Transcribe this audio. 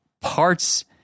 parts